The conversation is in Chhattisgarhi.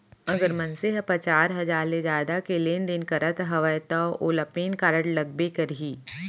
अगर मनसे ह पचार हजार ले जादा के लेन देन करत हवय तव ओला पेन कारड लगबे करही